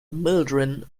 mildrid